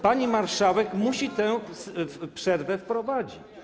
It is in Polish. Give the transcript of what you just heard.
Pani marszałek musi tę przerwę zarządzić.